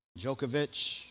Djokovic